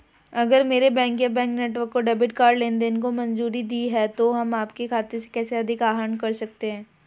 अगर मेरे बैंक या बैंक नेटवर्क को डेबिट कार्ड लेनदेन को मंजूरी देनी है तो हम आपके खाते से कैसे अधिक आहरण कर सकते हैं?